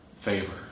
favor